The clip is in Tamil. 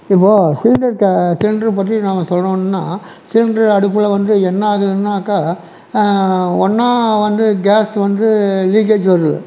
இப்போது சிலிண்டரு பற்றி நாங்கள் சொல்லணும்னால் சிலிண்டரு அடுப்பில் வந்து என்ன ஆகுதுனாக்க ஒன்று வந்து கேஸ் வந்து லீக்கேஜ் வருது